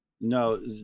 No